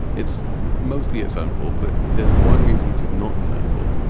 it's mostly its own fault. but there's one reason which is not its own fault,